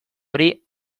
hori